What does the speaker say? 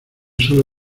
sólo